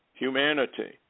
Humanity